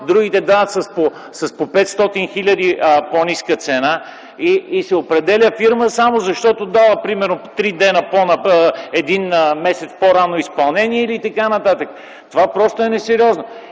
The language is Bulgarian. другите дават с по 500 хиляди по-ниска цена, а се определя фирма, само защото дала примерно три дни по-напред, или един месец по-рано изпълнение, или т.н. Това просто е несериозно.